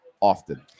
often